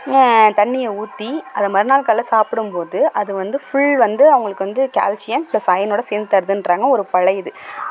தண்ணியை ஊற்றி அதை மறுநாள் காலையில் சாப்பிடும் போது அது வந்து ஃபுல் வந்து அவங்களுக்கு வந்து கால்சியம் பிளஸ் அயனோடு சேர்ந்து தருதுன்றாங்க ஒரு பழையது